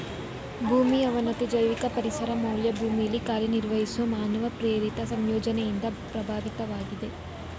ಭೂಮಿ ಅವನತಿ ಜೈವಿಕ ಪರಿಸರ ಮೌಲ್ಯ ಭೂಮಿಲಿ ಕಾರ್ಯನಿರ್ವಹಿಸೊ ಮಾನವ ಪ್ರೇರಿತ ಸಂಯೋಜನೆಯಿಂದ ಪ್ರಭಾವಿತವಾಗಿದೆ